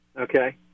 Okay